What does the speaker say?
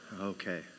Okay